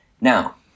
Now